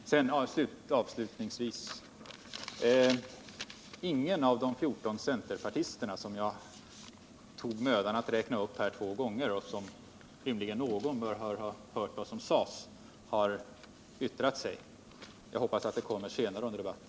Avslutningsvis vill jag säga att ingen av de 14 centerpartister, vars namn jag gjorde mig besväret att räkna upp här två gånger — rimligen bör någon ha hört vad som sades — har yttrat sig. Jag hoppas att det kommer att ske senare under debatten.